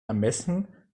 ermessen